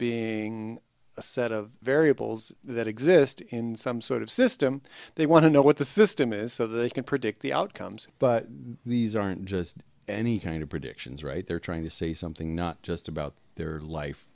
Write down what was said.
being a set of variables that exist in some sort of system they want to know what the system is so they can predict the outcomes but these aren't just any kind of predictions right they're trying to say something not just about their life